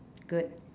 good